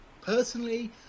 personally